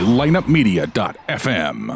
lineupmedia.fm